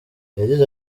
yagize